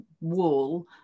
wall